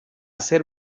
ser